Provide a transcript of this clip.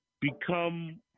become